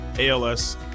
ALS